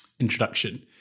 introduction